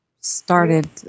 started